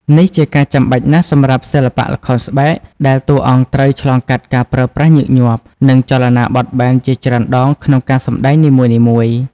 នេះជាការចាំបាច់ណាស់សម្រាប់សិល្បៈល្ខោនស្បែក ដែលតួអង្គត្រូវឆ្លងកាត់ការប្រើប្រាស់ញឹកញាប់ និងចលនាបត់បែនជាច្រើនដងក្នុងការសម្ដែងនីមួយៗ។